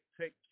Take